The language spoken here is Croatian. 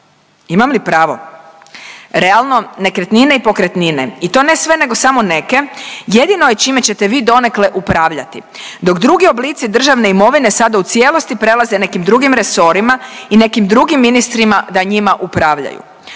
Imam li pravo? Realno nekretnine i pokretnine i to ne sve, nego samo neke jedino je čime ćete vi donekle upravljati. Dok drugi oblici državne imovine sada u cijelosti prelaze nekim drugim resorima i nekim drugim ministrima da njima upravljaju.